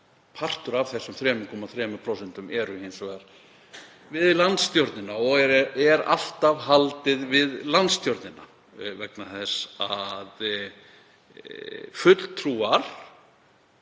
Partur af þessum 3,3% er hins vegar við landsstjórnina og er alltaf haldið við landsstjórnina vegna þess að fulltrúar